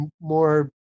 more